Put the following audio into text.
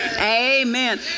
Amen